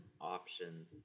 option